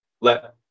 let